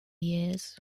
years